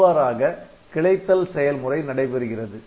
இவ்வாறாக கிளைத்தல் செயல்முறை நடைபெறுகிறது